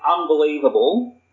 unbelievable